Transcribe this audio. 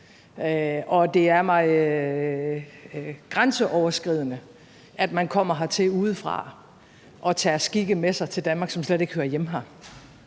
og det er grænseoverskridende for mig, at man kommer hertil udefra og tager skikke med sig til Danmark, som slet ikke hører hjemme her.